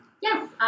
Yes